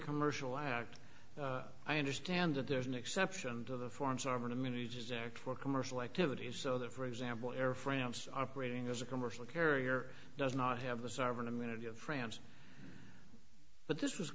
commercial act i understand that there's an exception to the forms armament aegis act for commercial activities so that for example air france operating as a commercial carrier does not have the sovereign immunity of france but this was